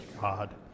God